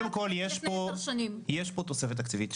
יש פה תוספת תקציבית.